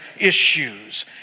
issues